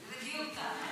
בדיוק ככה.